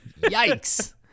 Yikes